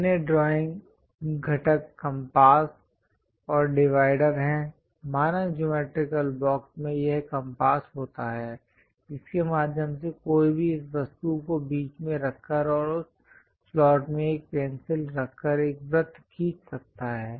अन्य ड्राइंग घटक कम्पास और डिवाइडर हैं मानक ज्योमैट्रिकल बॉक्स में यह कम्पास होता है जिसके माध्यम से कोई भी इस वस्तु को बीच में रखकर और उस स्लॉट में एक पेंसिल रखकर एक वृत्त खींच सकता है